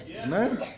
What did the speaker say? Amen